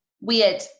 weird